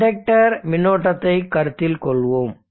inductor மின்னோட்டத்தைக் கருத்தில் கொள்வோம்